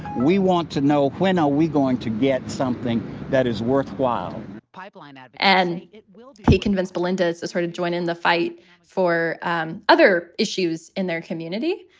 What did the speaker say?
we want to know when are we going to get something that is worthwhile pipeline out and it will convince belinda's as her to join in the fight for um other issues in their community.